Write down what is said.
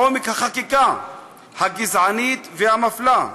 עומק החקיקה הגזענית והמפלה.